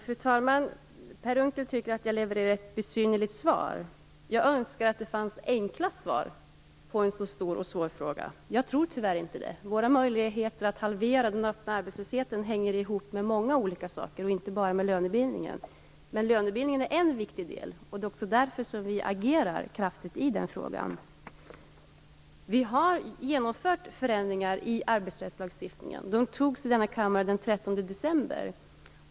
Fru talman! Per Unckel tycker att jag levererar ett besynnerligt svar. Jag önskar att det fanns enkla svar på en så stor och svår fråga. Jag tror tyvärr inte det. Våra möjligheter att halvera den öppna arbetslösheten hänger ihop med många olika saker, inte bara med lönebildningen. Men lönebildningen är en viktig del. Det är också därför som vi agerar kraftfullt i den frågan. Vi har genomfört förändringar i arbetsrättslagstiftningen. Beslut fattades i denna kammare den 13 december.